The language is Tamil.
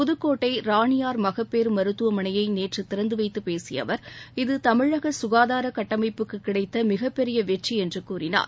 புதுக்கோட்டை ராணியார் மகப்பேறு மருத்துவமனைய நேற்று தொடங்கிவைத்து பேசிய அவர் இது தமிழக சுகாதார கட்டமைப்புக்கு கிடைத்த மிகப்பெரிய வெற்றி என்று கூறினார்